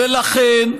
ולכן,